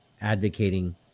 advocating